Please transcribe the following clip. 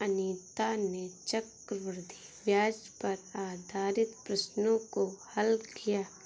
अनीता ने चक्रवृद्धि ब्याज पर आधारित प्रश्नों को हल किया